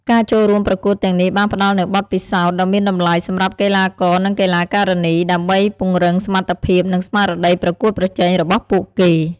ការចូលរួមប្រកួតទាំងនេះបានផ្ដល់នូវបទពិសោធន៍ដ៏មានតម្លៃសម្រាប់កីឡាករ និង កីឡាការិនី ដើម្បីពង្រឹងសមត្ថភាព និងស្មារតីប្រកួតប្រជែងរបស់ពួកគេ។